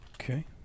Okay